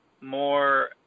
more